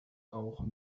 auch